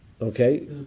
Okay